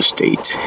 State